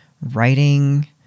writing